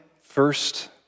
first